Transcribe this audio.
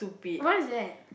what is that